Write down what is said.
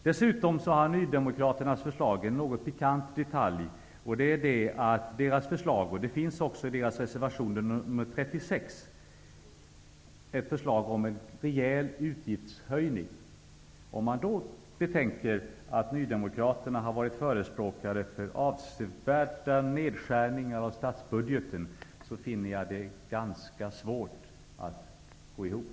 Dessutom har Nydemokraternas förslag en något pikant detalj, och det är en rejäl utgiftshöjning. Detta framgår av reservation 36. Om man då betänker att Nydemokraterna har varit förespråkare för avsevärda nedskärningar i statsbudgeten finner jag det ganska svårt att få det att gå ihop.